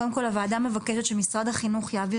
קודם כל הוועדה מבקשת שמשרד החינוך יעביר